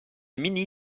mini